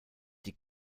die